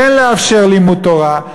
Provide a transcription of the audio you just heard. כן לאפשר לימוד תורה,